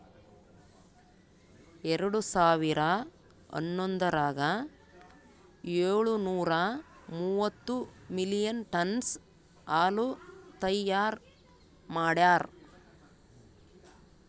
ಎರಡು ಸಾವಿರಾ ಹನ್ನೊಂದರಾಗ ಏಳು ನೂರಾ ಮೂವತ್ತು ಮಿಲಿಯನ್ ಟನ್ನ್ಸ್ ಹಾಲು ತೈಯಾರ್ ಮಾಡ್ಯಾರ್